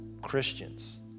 Christians